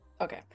Okay